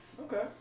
Okay